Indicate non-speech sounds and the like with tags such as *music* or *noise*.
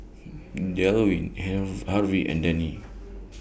*noise* Delwin *unintelligible* Harvey and Dannie *noise*